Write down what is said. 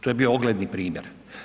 To je bio ogledni primjer.